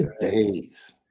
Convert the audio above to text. days